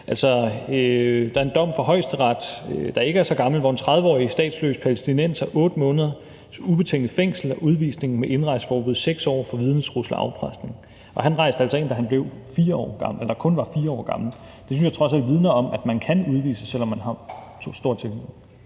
Der er en dom fra Højesteret, der ikke er så gammel, hvor en 30-årig statsløs palæstinenser fik 8 måneders ubetinget fængsel og udvisning med indrejseforbud i 6 år for vidnetrusler og afpresning, og han rejste altså ind, da han kun var 4 år gammel. Det synes jeg trods alt vidner om, at man kan udvises, selv om man har stor